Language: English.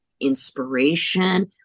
inspiration